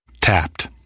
Tapped